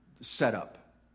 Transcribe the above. setup